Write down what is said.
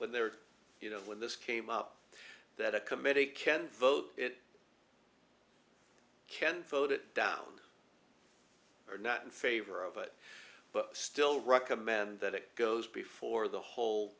when there were you know when this came up that a committee can vote it ken voted down or not in favor of it but still recommend that it goes before the whole